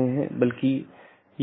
एक जोड़ी है